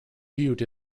butte